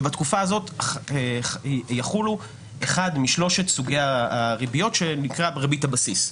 ובתקופה הזאת יחול אחד משלושת סוגי הריביות שנקראת ריבית הבסיס.